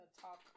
talk